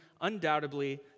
undoubtedly